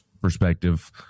perspective